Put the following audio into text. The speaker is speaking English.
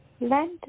Land